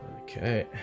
Okay